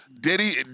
Diddy